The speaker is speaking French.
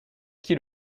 qui